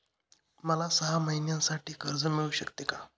मला सहा महिन्यांसाठी कर्ज मिळू शकते का?